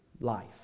life